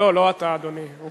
לא אתה, אדוני.